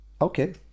okay